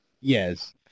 Yes